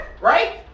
right